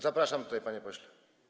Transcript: Zapraszam tutaj, panie pośle.